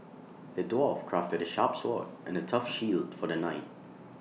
the dwarf crafted A sharp sword and A tough shield for the knight